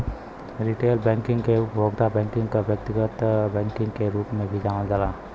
retail banking के उपभोक्ता banking या व्यक्तिगत बैंकिंग के रूप में भी जानल जाला